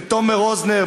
תומר רוזנר,